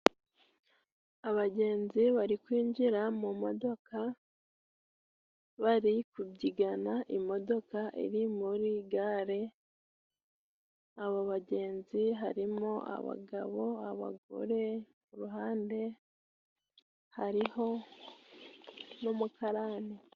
Abagenzi bari kwinjira mu modoka bari kubyigana. Imodoka iri muri gare aba bagenzi harimo abagabo, abagore, iruhande hariho n'umukarani.